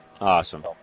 Awesome